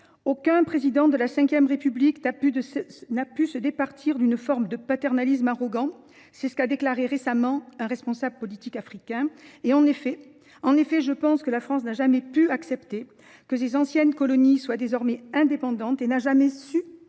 Aucun président français sous la V République n’a pu se départir d’une forme de paternalisme arrogant »: c’est ce qu’a récemment déclaré un responsable politique africain. En effet, je pense que la France n’a jamais pu accepter que ses anciennes colonies soient désormais indépendantes et n’a jamais su,